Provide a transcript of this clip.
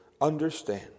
understand